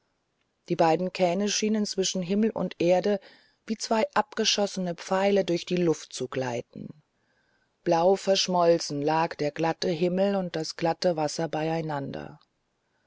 die beiden kähne schienen zwischen himmel und erde wie zwei abgeschossene pfeile durch die luft zu gleiten blau verschmolzen lagen der glatte himmel und das glatte wasser beieinander